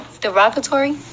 derogatory